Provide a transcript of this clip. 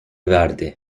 verdi